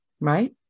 right